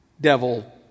devil